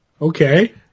Okay